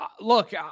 Look